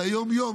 על היום-יום,